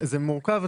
זה מורכב.